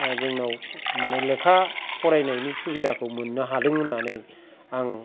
जोंनाव माने लेखा फरायनायनि सुबिदाखाै मोननो हादों होनानै आं